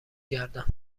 گردن